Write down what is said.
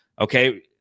Okay